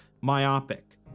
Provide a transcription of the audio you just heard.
myopic